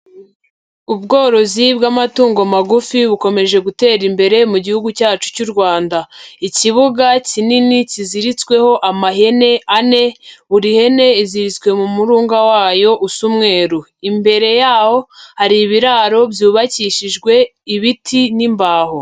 Ubworozi bw'amatungo magufi bukomeje gutera imbere mu gihugu cyacu cy'u Rwanda, ikibuga kinini kiziritsweho amahene ane, buri hene iziritswe mu murunga wayo usa umweru, imbere yaho hari ibiraro byubakishijwe ibiti n'imbaho.